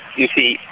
you see,